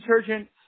Detergent